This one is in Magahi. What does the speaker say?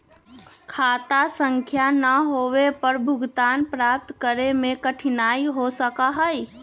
खाता संख्या ना होवे पर भुगतान प्राप्त करे में कठिनाई हो सका हई